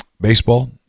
baseball